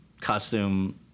costume